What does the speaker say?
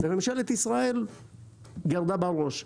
וממשלת ישראל גירדה בראש.